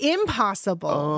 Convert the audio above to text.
Impossible